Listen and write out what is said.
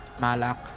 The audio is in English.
Malak